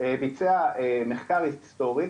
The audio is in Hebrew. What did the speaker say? ביצע מחקר היסטורי,